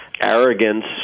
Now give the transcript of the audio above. arrogance